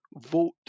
vote